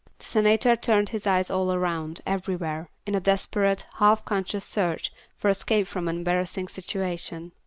senator turned his eyes all around, everywhere, in a desperate, half-conscious search for escape from an embarrassing situation.